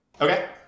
Okay